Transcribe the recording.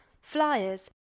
flyers